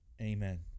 Amen